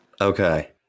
Okay